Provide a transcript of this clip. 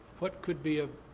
what could be a